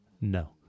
No